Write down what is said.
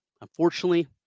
unfortunately